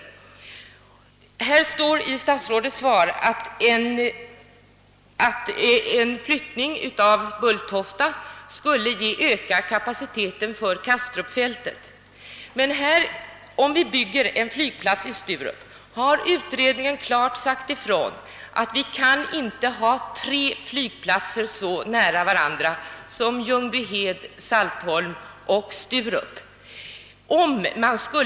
I statsrådets svar står att en flyttning av Bulltofta skulle ge ökad kapacitet för Kastrupfältet. Utredningen har emellertid sagt ifrån att vi inte kan ha tre flygplatser så nära varandra som Ljungbyhed, Saltholm och Sturup.